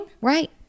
Right